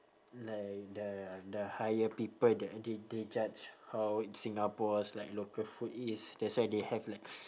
like the the higher people that they they judge how in singapore's like local food it is that's why they have like